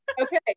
Okay